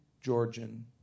Georgian